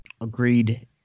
Agreed